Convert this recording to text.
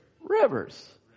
rivers